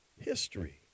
history